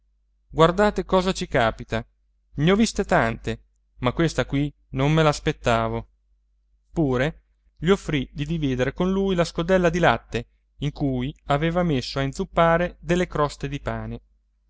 guardate cosa ci capita ne ho viste tante ma questa qui non me l'aspettavo pure gli offrì di dividere con lui la scodella di latte in cui aveva messo a inzuppare delle croste di pane